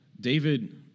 David